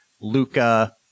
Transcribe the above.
Luca